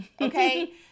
okay